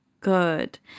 good